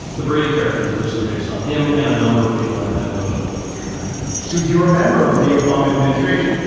the brady character is loosely based on him and a number of people i met when i was working on the dream act yeah so you're a member of the obama administration.